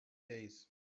days